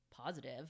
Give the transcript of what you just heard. positive